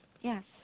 yes